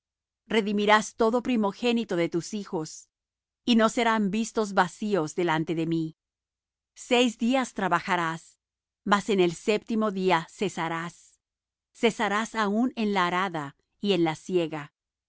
redimirás todo primogénito de tus hijos y no serán vistos vacíos delante de mí seis días trabajarás mas en el séptimo día cesarás cesarás aun en la arada y en la siega